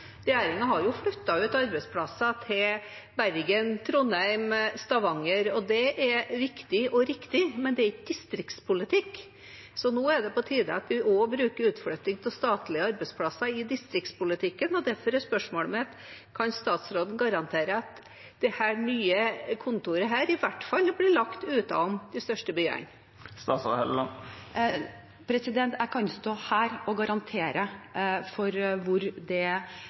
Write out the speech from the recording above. har flyttet ut arbeidsplasser til Bergen, Trondheim og Stavanger, og det er viktig og riktig, men det er ikke distriktspolitikk. Nå er det på tide at vi også bruker utflytting av statlige arbeidsplasser i distriktspolitikken, og derfor er spørsmålet mitt: Kan statsråden garantere at dette nye kontoret i hvert fall blir lagt utenfor de største byene? Jeg kan ikke stå her og garantere for hvor det blir lokalisert. Som jeg sa, er